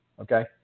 okay